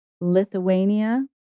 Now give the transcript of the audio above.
Lithuania